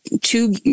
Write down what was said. two